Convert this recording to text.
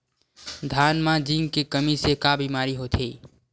धान म जिंक के कमी से का बीमारी होथे?